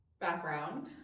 background